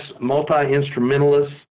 multi-instrumentalist